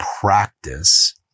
practice